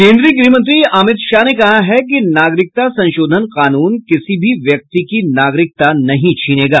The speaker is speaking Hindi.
केंद्रीय गृहमंत्री अमित शाह ने कहा है कि नागरिकता संशोधन कानून किसी भी व्यक्ति की नागरिकता नहीं छीनेगा